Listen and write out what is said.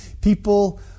people